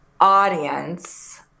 audience